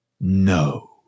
no